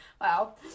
Wow